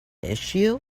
issue